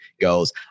goes